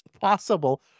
possible